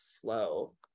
flow